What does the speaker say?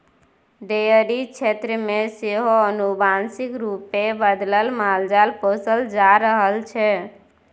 dairy क्षेत्र मे सेहो आनुवांशिक रूपे बदलल मालजाल पोसल जा रहल छै